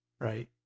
Right